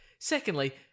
Secondly